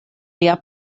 lia